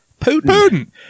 Putin